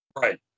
Right